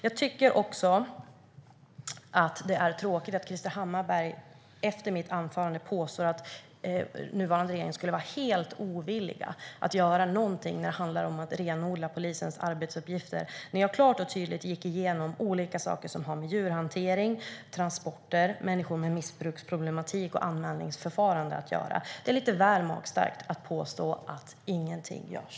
Jag tycker att det är tråkigt att Krister Hammarbergh efter mitt anförande påstår att den nuvarande regeringen skulle vara helt ovillig att göra något när det handlar om att renodla polisens arbetsuppgifter, när jag klart och tydligt gick igenom olika saker som har med djurhantering, transporter, människor med missbruksproblematik och anmälningsförande att göra. Det är lite väl magstarkt att påstå att ingenting görs.